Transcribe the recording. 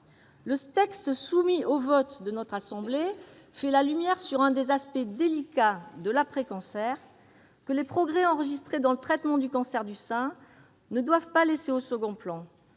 le texte soumis au vote de notre Haute Assemblée fait la lumière sur un des aspects délicats de l'après-cancer, que les progrès enregistrés dans le traitement du cancer du sein ne doivent pas laisser au second plan.